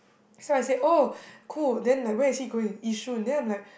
so I said oh cool then like where is he going yishun then I'm like